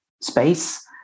space